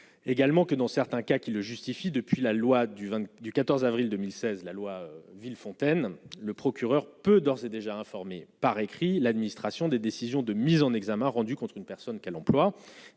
également que, dans certains cas, qui le justifie, depuis la loi du 20 du 14 avril 2016 la loi Villefontaine, le procureur peut d'ores et déjà informé par écrit l'administration des décisions de mise en examen, rendu contre une personne qu'elles emploient